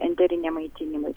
enteriniam maitinimui